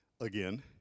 again